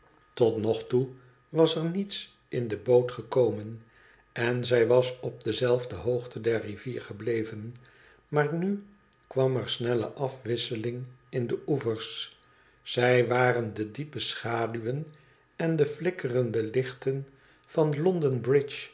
tot nog toe was er niets in de boot gekomen en zij was op dezelfde hoogte der rivier gebleven maar nu kwam er snelle afwissehng in de oevers zij waren de diepe schaduwen en de flikkerende lichten van